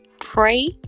pray